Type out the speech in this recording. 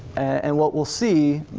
and what we'll see,